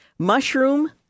Mushroom